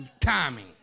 timing